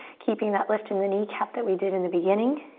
keeping that lift in the kneecap that we did in the beginning.